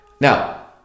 Now